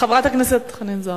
חברת הכנסת חנין זועבי.